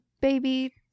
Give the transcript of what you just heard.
baby